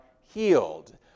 healed